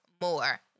more